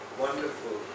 wonderful